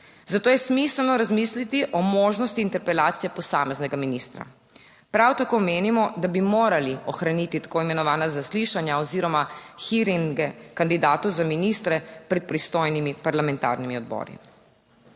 zato je smiselno razmisliti o možnosti interpelacije posameznega ministra. Prav tako menimo, da bi morali ohraniti tako imenovana zaslišanja oziroma hearinge kandidatov za ministre pred pristojnimi parlamentarnimi odbori.